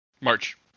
March